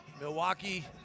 Milwaukee